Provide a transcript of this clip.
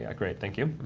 ah great. thank you.